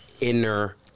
inner